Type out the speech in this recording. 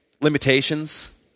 limitations